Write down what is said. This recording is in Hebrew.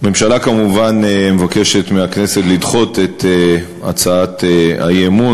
הממשלה כמובן מבקשת מהכנסת לדחות את הצעת האי-אמון,